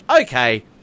Okay